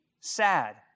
sad